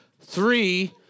three